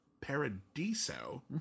Paradiso